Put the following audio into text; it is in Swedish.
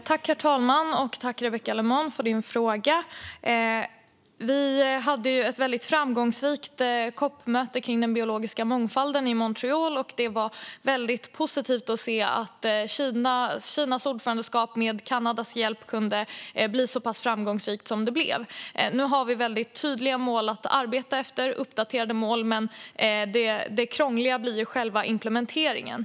Herr talman! Tack, Rebecka Le Moine, för din fråga! Vi hade ett väldigt framgångsrikt COP-möte kring den biologiska mångfalden i Montreal, och det var väldigt positivt att se att Kinas ordförandeskap med Kanadas hjälp kunde bli så pass framgångsrikt som det blev. Nu har vi väldigt tydliga mål, uppdaterade mål, att arbeta efter, men det krångliga blir själva implementeringen.